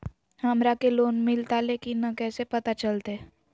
हमरा के लोन मिलता ले की न कैसे पता चलते?